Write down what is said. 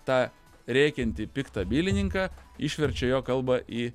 tą rėkiantį piktą bylininką išverčia jo kalbą į